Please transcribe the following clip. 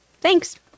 Thanks